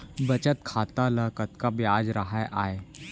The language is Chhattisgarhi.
बचत खाता ल कतका ब्याज राहय आय?